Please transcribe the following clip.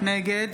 נגד